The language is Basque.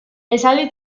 esaldi